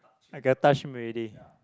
I get touch him already